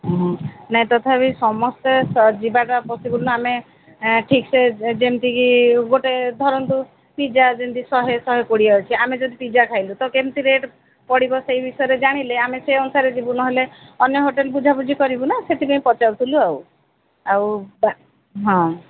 ହଁ ନାଇଁ ତଥାପି ସମସ୍ତେ ଯିବାଟା ପସିବୁଲ୍ ନୁହେଁ ଆମେ ଠିକ୍ ସେ ଯେମିତିକି ଗୋଟେ ଧରନ୍ତୁ ପିଜା ଯେମିତି ଶହେ ଶହେ କୋଡ଼ିଏ ଅଛି ଆମେ ଯଦି ପିଜା ଖାଇଲୁ ତ କେମିତି ରେଟ୍ ପଡ଼ିବ ସେ ବିଷୟରେ ଜାଣିଲେ ଆମେ ସେ ଅନୁସାରେ ଯିବୁ ଅନ୍ୟ ହୋଟେଲ୍ ବୁଝାବୁଝି କରିବୁନା ସେଥିପାଇଁ ପଚାରୁଥିଲୁ ଆଉ ହଁ